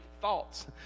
thoughts